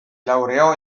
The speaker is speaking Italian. laureò